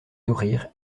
nourrir